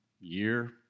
year